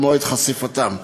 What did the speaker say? במועד חשיפתם.